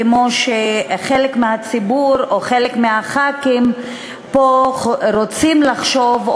כמו שחלק מהציבור או חלק מחברי הכנסת פה רוצים לחשוב,